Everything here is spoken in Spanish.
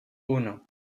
uno